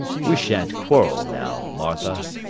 we shan't quarrel now, martha